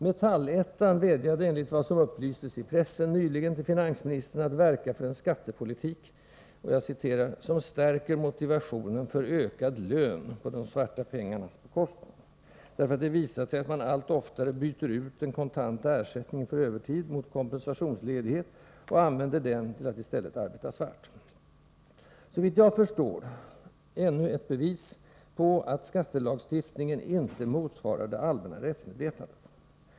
Metallettan vädjade, enligt vad som upplystes i pressen, nyligen till finansministern att verka för en skattepolitik ”som stärker motivationen för ökad lön på de svarta pengarnas bekostnad”, därför att det visat sig att man allt oftare byter ut den kontanta ersättningen för övertid mot kompensationsledighet och använder denna till att i stället arbeta svart — såvitt jag förstår ännu ett bevis på att skattelagstiftningen inte motsvarar det allmänna rättsmedvetandet.